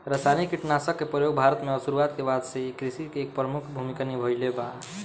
रासायनिक कीटनाशक के प्रयोग भारत में शुरुआत के बाद से कृषि में एक प्रमुख भूमिका निभाइले बा